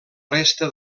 resta